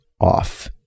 off